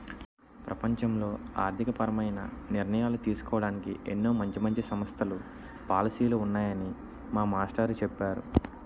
ప్రపంచంలో ఆర్థికపరమైన నిర్ణయాలు తీసుకోడానికి ఎన్నో మంచి మంచి సంస్థలు, పాలసీలు ఉన్నాయని మా మాస్టారు చెప్పేరు